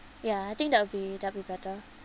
ya I think that will be that'll be better